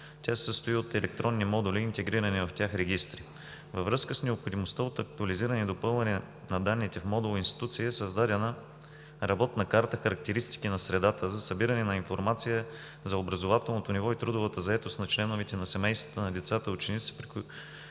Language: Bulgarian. Тя се състои от електронни модули и интегрирани в тях регистри. Във връзка с необходимостта от актуализиране и допълване на данните в модулна институция е създадена работна карта, характеристики на средата за събиране на информация за образователното ниво и трудовата заетост на членовете на семействата, при